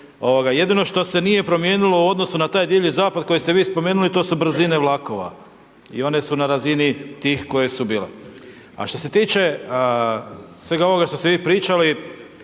Jedino što se nije promijenilo u odnosu na taj divlji zapad kojeg ste vi spomenuli, to su brzine vlakova i one su na razini tih koje su bile. A što se tiče svega ovoga što ste vi pričali,